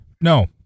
No